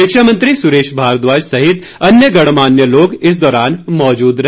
शिक्षा मंत्री सुरेश भारद्वाज सहित अन्य गणमान्य लोग इस दौरान मौजूद रहे